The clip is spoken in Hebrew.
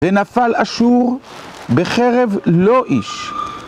ונפל אשור בחרב לא איש